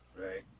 Right